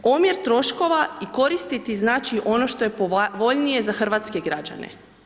Omjer troškova i koristiti znači ono što je povoljnije za hrvatske građane.